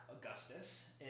Augustus